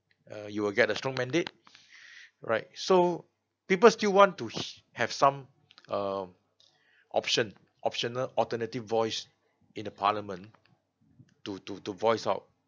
uh you will get a strong mandate right so people still want to h~ have some um option optional alternative voice in parliament to to to voice out